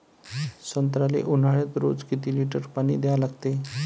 संत्र्याले ऊन्हाळ्यात रोज किती लीटर पानी द्या लागते?